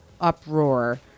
uproar